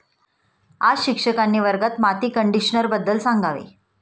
आज शिक्षकांनी वर्गात माती कंडिशनरबद्दल सांगावे